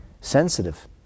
sensitive